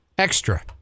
extra